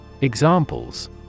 Examples